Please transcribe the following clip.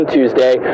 Tuesday